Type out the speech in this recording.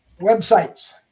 Websites